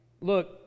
look